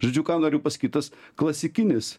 žodžiu ką noriu pasakyt tas klasikinis